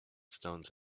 stones